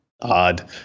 odd